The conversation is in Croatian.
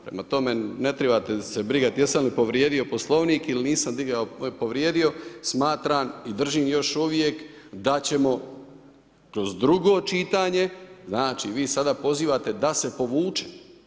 Prema tome, ne trebate se brinuti jesam li povrijedio Poslovnik ili nisam povrijedio, smatram i držim još uvijek da ćemo kroz drugo čitanje, znači vi sada pozivate da se povuče.